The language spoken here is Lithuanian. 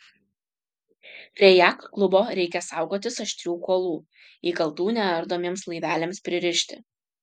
prie jachtklubo reikia saugotis aštrių kuolų įkaltų neardomiems laiveliams pririšti